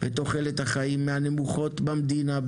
ותוחלת החיים מהנמוכות במדינה.